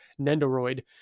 nendoroid